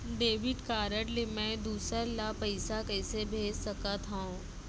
Debit card ले मैं दूसर ला पइसा कइसे भेज सकत हओं?